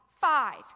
five